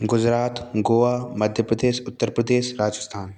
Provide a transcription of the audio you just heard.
Gujarat Goa Madhya Pradesh Uttar Pradesh Rajasthan